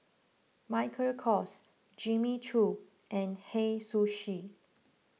Michael Kors Jimmy Choo and Hei Sushi